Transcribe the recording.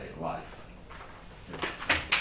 life